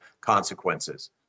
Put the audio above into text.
consequences